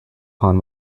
upon